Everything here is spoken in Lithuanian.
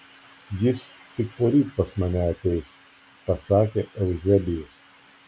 jis tik poryt pas mane ateis pasakė euzebijus